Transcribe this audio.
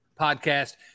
podcast